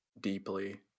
deeply